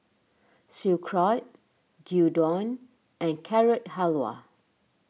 Sauerkraut Gyudon and Carrot Halwa